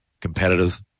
competitive